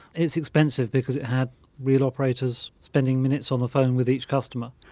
it's expensive because it had real operators spending minutes on the phone with each customer.